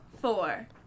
four